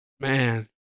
Man